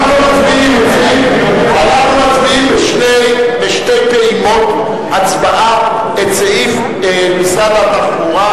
אנחנו מצביעים בשתי פעימות את סעיף משרד התחבורה,